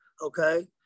Okay